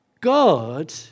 God